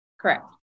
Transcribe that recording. Correct